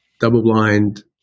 double-blind